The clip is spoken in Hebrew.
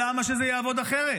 למה שזה יעבוד אחרת?